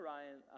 Ryan